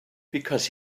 because